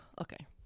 okay